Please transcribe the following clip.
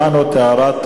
שמענו את ההערה.